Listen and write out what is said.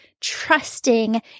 trusting